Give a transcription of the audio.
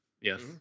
yes